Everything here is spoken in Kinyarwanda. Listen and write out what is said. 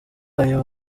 ayo